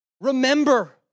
Remember